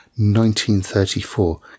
1934